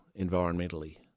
environmentally